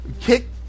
kick